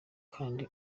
kandi